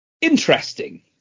interesting